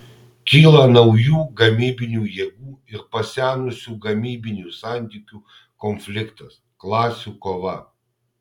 kyla naujų gamybinių jėgų ir pasenusių gamybinių santykių konfliktas klasių kova